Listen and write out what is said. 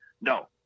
No